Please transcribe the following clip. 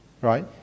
Right